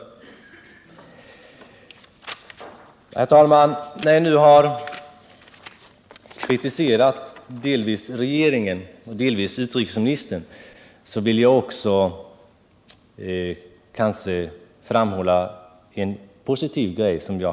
Herr talman! När jag nu har kritiserat dels regeringen, dels utrikesministern har jag ett behov av att också framhålla en positiv sak.